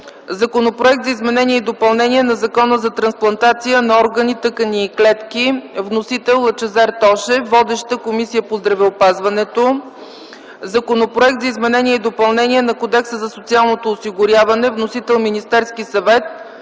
Законопроект за изменение и допълнение на Закона за трансплантация на органи, тъкани и клетки. Вносител е народният представител Лъчезар Тошев. Водеща е Комисията по здравеопазването. - Законопроект за изменение и допълнение на Кодекса за социалното осигуряване. Вносител е Министерският съвет.